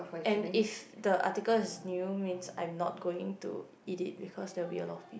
and if the article is new means I'm not going to eat it because there will be a lot of people